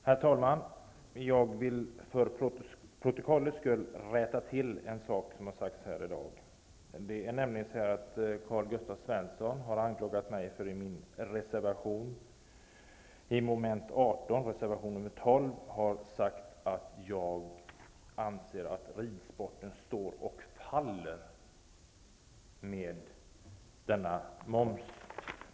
Herr talman! Jag vill för protokollets skull rätta till en sak som har sagts här i dag. Karl-Gösta Svenson har anklagat mig för att ha skrivit i reservation 12 vid mom. 18 att jag anser att ridsporten står och faller med momsen på bl.a. hästfoder.